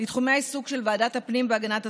לתחומי העיסוק של ועדת הפנים והגנת הסביבה,